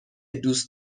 دوست